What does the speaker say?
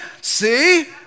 see